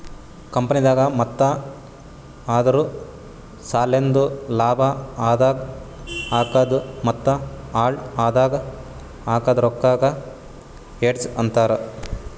ಕಂಪನಿದಾಗ್ ಮತ್ತ ಅದುರ್ ಸಲೆಂದ್ ಲಾಭ ಆದಾಗ್ ಹಾಕದ್ ಮತ್ತ ಹಾಳ್ ಆದಾಗ್ ಹಾಕದ್ ರೊಕ್ಕಾಗ ಹೆಡ್ಜ್ ಅಂತರ್